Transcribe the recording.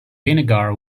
vinegar